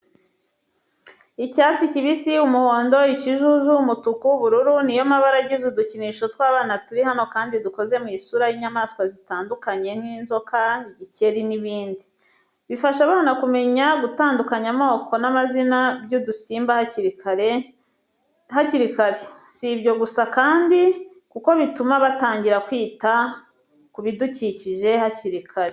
Icyatsi kibisi, umuhondo, ikijuju, umutuku, ubururu ni yo mabara agize udukinisho tw'abana turi hano kandi dukoze mu isura y'inyamaswa zitandukanye n'inzoka, igikeri n'ibindi. Bifasha abana kumenya gutandukanya amoko n'amazina by'udusimba hakiri kare. Si ibyo gusa kandi kuko bituma batangira kwita ku bidukikije hakiri kare.